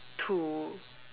to